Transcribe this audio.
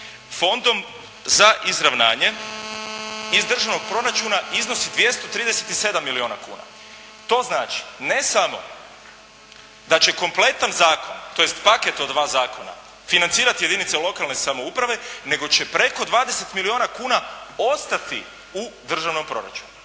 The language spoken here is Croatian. Fondom za izravnanje iz državnog proračuna iznosi 237 milijuna kuna. To znači ne samo da će kompletan zakon, tj. paket od dva zakona financirati jedinice lokalne samouprave nego će preko 20 milijuna kuna ostati u državnom proračunu.